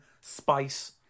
spice